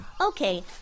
Okay